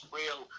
real